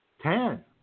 Ten